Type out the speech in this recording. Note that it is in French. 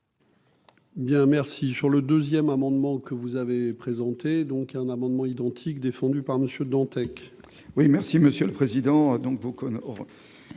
Bien, merci, sur le 2ème amendement que vous avez présenté donc un amendement identique défendue par Monsieur Dantec.